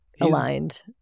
aligned